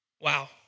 Wow